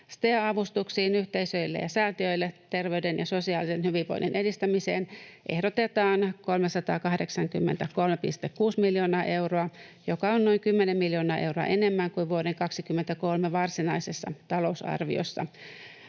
STEA-avustuksiin yhteisöille ja säätiöille terveyden ja sosiaalisen hyvinvoinnin edistämiseen ehdotetaan 383,6 miljoonaa euroa, joka on noin 10 miljoonaa euroa enemmän kuin vuoden 23 varsinaisessa talousarviossa.